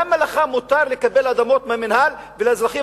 למה לך מותר לקבל אדמות מהמינהל ולאזרחים